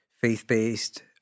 faith-based